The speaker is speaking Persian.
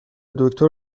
دکتر